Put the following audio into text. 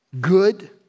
good